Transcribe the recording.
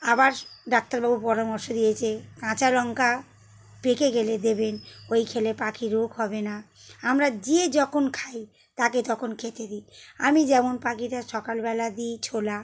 আবার ডাক্তারবাবু পরামর্শ দিয়েছে কাঁচা লঙ্কা পেকে গেলে দেবেন ওই খেলে পাখির রোগ হবে না আমরা যে যখন খাই তাকে তখন খেতে দিই আমি যেমন পাখিটার সকালবেলা দিই ছোলা